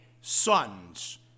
sons